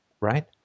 right